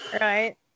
Right